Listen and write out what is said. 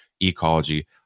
ecology